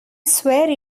swear